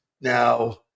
Now